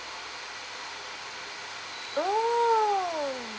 oh mm